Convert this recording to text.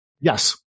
yes